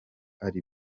ari